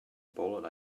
bullet